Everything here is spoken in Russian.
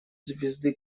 звезды